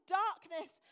darkness